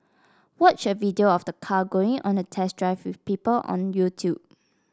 watch a video of the car going on a test drive with people on YouTube